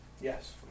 yes